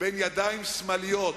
בין ידיים שמאליות,